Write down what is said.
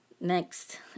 Next